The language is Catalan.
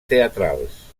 teatrals